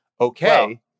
okay